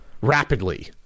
rapidly